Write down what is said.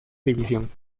división